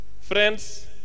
Friends